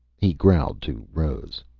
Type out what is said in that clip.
he growled to rose.